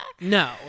No